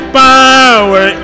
power